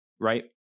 right